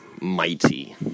mighty